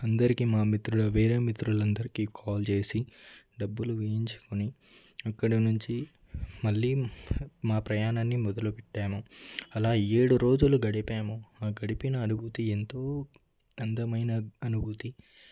అందరికీ మా మిత్రుల వేరే మిత్రులందరికీ కాల్ చేసి డబ్బులు వేయించుకొని అక్కడ నుంచి మళ్ళీ మా ప్రయాణాన్ని మొదలు పెట్టాము అలా ఏడు రోజులు గడిపాము ఆ గడిపిన అనుభూతి ఎంతో అందమైన అనుభూతి